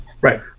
Right